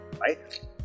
right